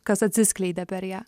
kas atsiskleidė per ją